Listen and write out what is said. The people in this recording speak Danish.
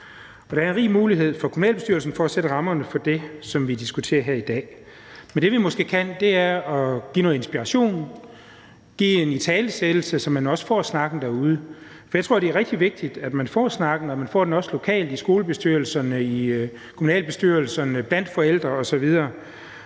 der er rig mulighed for kommunalbestyrelserne for at sætte rammerne for det, som vi diskuterer i dag. Men det, vi måske kan, er at give noget inspiration, give en italesættelse, så man også får snakken derude. For jeg tror, det er rigtig vigtigt, at man får snakken, og at man også får den lokalt i skolebestyrelserne, i kommunalbestyrelserne, blandt forældre osv.,